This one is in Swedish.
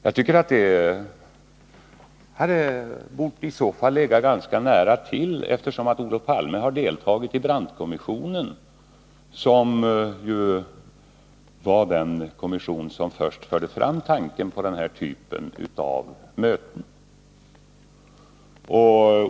Jag tycker att det borde ha legat nära till hands för Olof Palme att göra det, eftersom Olof Palme har deltagit i Brandtkommissionen, som först förde fram tanken på denna typ av möten.